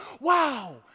wow